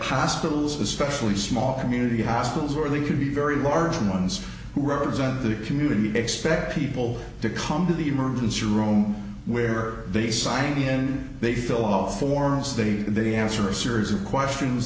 hospitals especially small community hospitals where they could be very large ones who rose in the community expect people to come to the emergency room where they signed in they fill out forms they they answer a series of questions